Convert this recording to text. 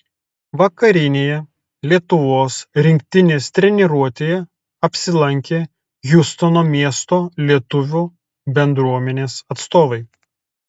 vakarinėje lietuvos rinktinės treniruotėje apsilankė hjustono miesto lietuvių bendruomenės atstovai